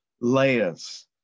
layers